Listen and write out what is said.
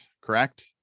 correct